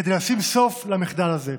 כדי לשים סוף למחדל הזה.